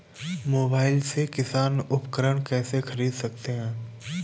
Mobile से किसान उपकरण कैसे ख़रीद सकते है?